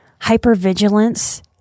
Hypervigilance